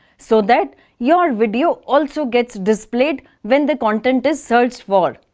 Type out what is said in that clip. so that your video also gets displayed when the content is searched for.